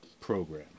Program